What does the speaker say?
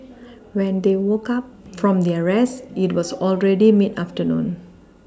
when they woke up from their rest it was already mid afternoon